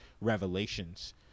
revelations